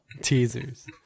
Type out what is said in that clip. Teasers